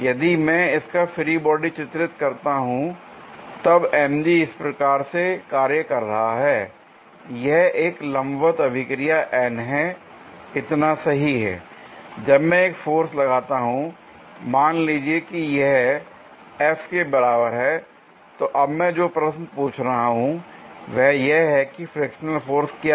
यदि मैं इसका फ्री बॉडी चित्रित करता हूं तब mg इस प्रकार से कार्य कर रहा है यह एक लंबवत अभिक्रिया N है इतना सही है l जब मैं एक फोर्स लगाता हूं मान लीजिए कि यह F के बराबर है तो अब मैं जो प्रश्न पूछ रहा हूं वह यह है कि फ्रिक्शनल फोर्स क्या है